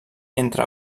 entre